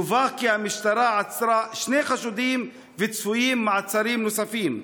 דֻווח כי המשטרה עצרה שני חשודים וצפויים מעצרים נוספים.